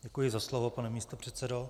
Děkuji za slovo, pane místopředsedo.